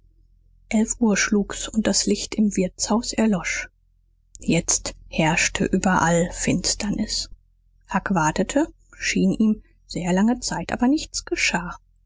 elf uhr schlug's und das licht im wirtshaus erlosch jetzt herrschte überall finsternis huck wartete schien ihm sehr lange zeit aber nichts geschah